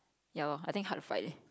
ya lor I think hard to find leh